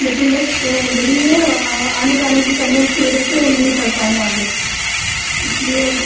لیکن بس یہی ہے آنے جانے کی کنوینس کی وجہ سے نہیں پڑھ پائیں آگے اس لیے